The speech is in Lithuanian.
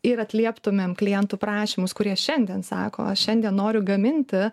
ir atlieptumėm klientų prašymus kurie šiandien sako aš šiandien noriu gaminti